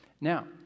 Now